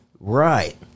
Right